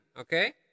okay